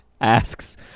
asks